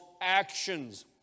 actions